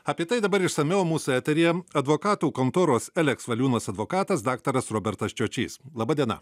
apie tai dabar išsamiau mūsų eteryje advokatų kontoros eleks valiūnas advokatas daktaras robertas čiočys laba diena